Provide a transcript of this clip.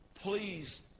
Please